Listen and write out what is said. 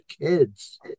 kids